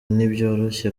ntibyoroshye